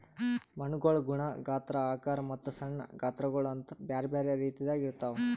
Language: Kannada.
ಮಣ್ಣುಗೊಳ್ ಗುಣ, ಗಾತ್ರ, ಆಕಾರ ಮತ್ತ ಸಣ್ಣ ಗಾತ್ರಗೊಳ್ ಅಂತ್ ಬ್ಯಾರೆ ಬ್ಯಾರೆ ರೀತಿದಾಗ್ ಇರ್ತಾವ್